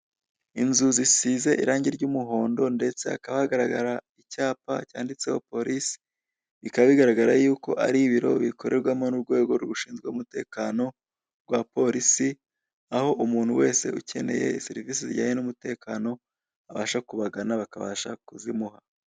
Inzu zisize irange ry'umuhondo, ndetse hakaba hagaragara icyapa cyanditse ho polisi, bikaba bigaragara y'uko, ari ibiro bikorerwamo n'urwego rushinzwe umutekano rwa polisi, aho umuntu wese ukeneye serivisi zijyanye n'umutekano abasha kubagana bakabasha kuzimuha.